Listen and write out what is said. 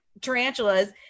tarantulas